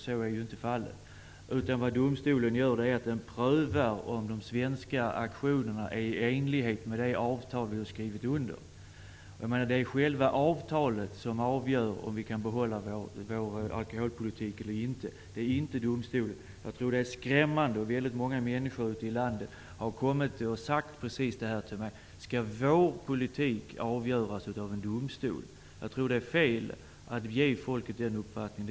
Så är inte fallet. Domstolen prövar om de svenska aktionerna är i enlighet med det avtal som skrivits under. Det är själva avtalet som avgör om vi i Sverige kan behålla vår alkoholpolitik eller inte. Det är inte domstolen. Många människor ute i landet har frågat mig om vår politik skall avgöras av en domstol. Det är fel att ge folket den uppfattningen.